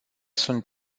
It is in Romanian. sunt